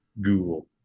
Google